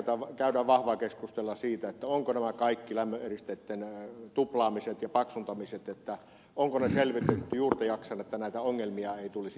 edelleenkin käydään vahvaa keskustelua siitä ovatko nämä kaikki lämmöneristeitten tuplaamiset ja paksuntamiset selvitetty juurta jaksaen niin että näitä ongelmia ei tulisi jatkossa